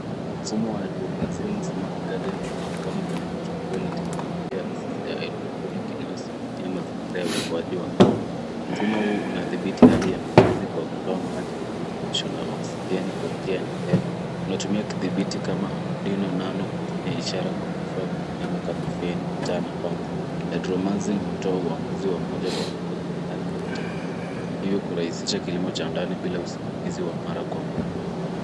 Mfumo wa hydromarzines mc garden unaonekana kwenye picha ukiwa ni teknolojia ya kisasa ya hidroponiki inasimamia mazingira ya ukuaji wa mimea. Mfumo huu unadhibiti hali ya mizizi kwa kutoa maji, virutubisho na oksijeni kwa njia endelevu. Unatumia kidhibiti kama albino nano kutumia ishara kwa kwa vifaa vya umeme kama feni, taa na pampu. Hydromarzine hutoa uamuzi wa moja kwa moja kulingana na takwimu ili kurahisisha kilimo cha ndani bila usimamizi wa mara kwa mara.